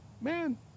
Man